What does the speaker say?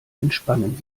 entspannen